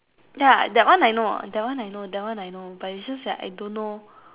ya that one I know that one I know that one I know but is just that I don't know